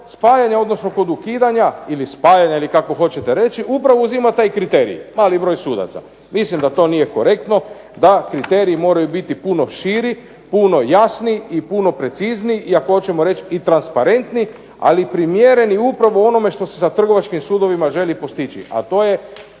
spajanja, odnosno kod ukidanja, ili spajanja ili kako hoćete reći upravo uzima taj kriterij mali broj sudaca. Mislim da to nije korektno, da kriteriji moraju biti puno širi, puno jasniji, i puno precizniji i ako hoćemo i transparentniji, ali primjereni upravo onome što se sa trgovačkim sudovima želi postići, a to je